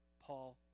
Paul